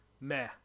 meh